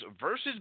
versus